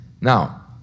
Now